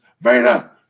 Vader